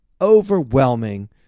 overwhelming